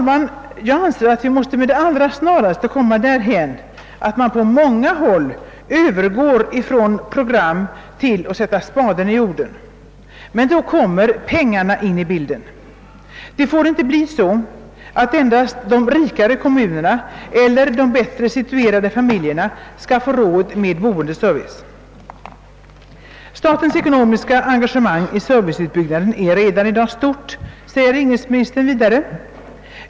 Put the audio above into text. Men, herr talman, vi måste med det allra snaraste komma dithän, att man också på många håll övergår från program till att sätta spaden i jorden. Då kommer pengarna in i bilden. Utvecklingen får inte bli sådan, att endast de rikare kommunerna eller de bättre situerade familjerna får råd med boendeservice. »Statens ekonomiska engagemang i serviceutbyggnaden är redan i dag stort», yttrar inrikesminstern vidare.